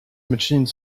machines